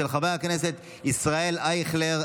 של חבר הכנסת ישראל אייכלר.